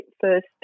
first